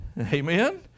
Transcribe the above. amen